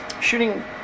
Shooting